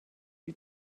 you